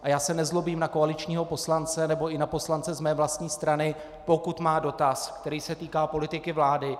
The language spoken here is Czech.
Já se nezlobím na koaličního poslance nebo i na poslance z mé vlastní strany, pokud má dotaz, který se týká politiky vlády.